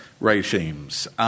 regimes